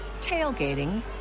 tailgating